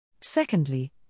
Secondly